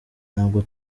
ntabwo